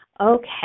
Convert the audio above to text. Okay